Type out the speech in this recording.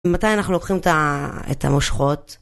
מתי אנחנו לוקחים את המושכות?